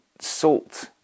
salt